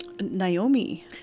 Naomi